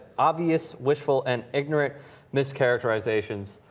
obvious wishful and ignorant miss characterizations